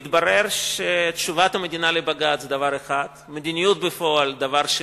מתברר שתשובת המדינה לבג"ץ זה דבר אחד ומדיניות בפועל זה דבר שני.